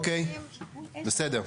אוקיי, בסדר.